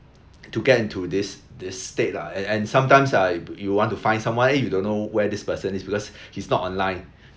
to get into this this state lah and and sometimes uh you want find to someone eh you don't know where this person is because he's not online